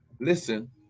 listen